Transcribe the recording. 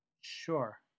Sure